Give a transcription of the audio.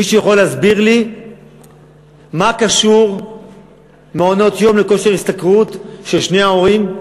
מישהו יכול להסביר לי מה קשור מעונות-יום לכושר השתכרות של שני ההורים?